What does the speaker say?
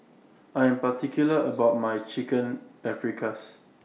I Am particular about My Chicken Paprikas